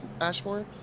Ashmore